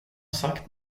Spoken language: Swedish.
sagt